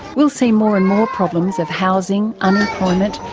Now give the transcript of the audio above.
we'll see more and more problems of housing, unemployment,